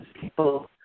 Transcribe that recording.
people